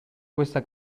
questa